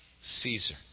Caesar